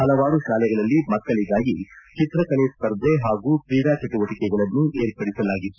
ಹಲವಾರು ತಾಲೆಗಳಲ್ಲಿ ಮಕ್ಕಳಿಗಾಗಿ ಚಿತ್ರಕಲೆ ಸ್ಪರ್ಧೆ ಹಾಗೂ ಕ್ರೀಡಾ ಚಟುವಟಿಕೆಗಳನ್ನು ಏರ್ಪಡಿಸಲಾಗಿತ್ತು